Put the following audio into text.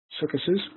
circuses